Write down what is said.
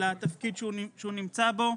לתפקיד שהוא נמצא בו.